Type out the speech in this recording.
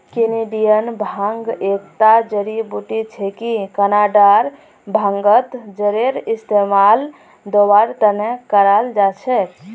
Canadian भांग एकता जड़ी बूटी छिके कनाडार भांगत जरेर इस्तमाल दवार त न कराल जा छेक